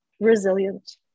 Resilient